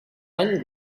any